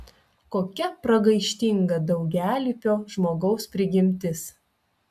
kokia pragaištinga daugialypio žmogaus prigimtis